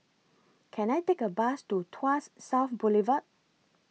Can I Take A Bus to Tuas South Boulevard